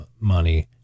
money